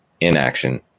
Inaction